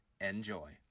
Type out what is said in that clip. enjoy